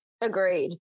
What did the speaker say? Agreed